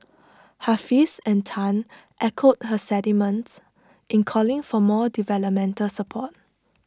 Hafiz and Tan echoed her sentiments in calling for more developmental support